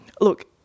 look